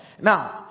Now